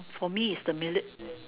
for me it's the minutes